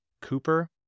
Cooper